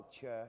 Church